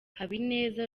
habineza